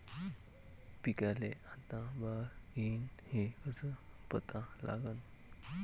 पिकाले आता बार येईन हे कसं पता लागन?